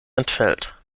entfällt